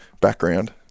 background